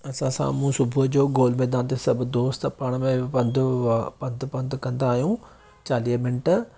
असां साम्हूं सुबुह जो गोल मैदान ते सभु दोस्त पाण में पंधु पंधु पंधु कंदा आहियूं चालीह मिंट